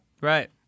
Right